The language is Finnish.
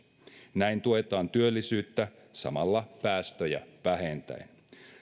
näin tuetaan työllisyyttä samalla päästöjä vähentäen